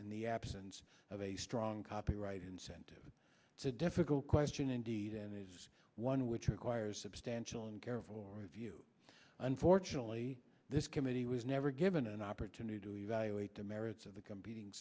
in the absence of a strong copyright incentive to difficult question indeed and it is one which requires substantial and care for view unfortunately this committee was never given an opportunity to evaluate the merits of the competing